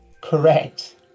correct